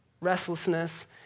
restlessness